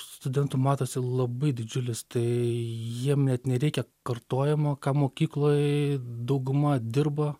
studentų matosi labai didžiulis tai jiem net nereikia kartojimo ką mokykloj dauguma dirbo